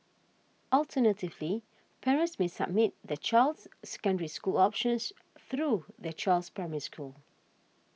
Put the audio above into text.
alternatively parents may submit their child's Secondary School options through their child's Primary School